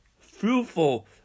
fruitful